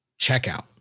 checkout